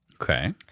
Okay